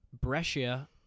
Brescia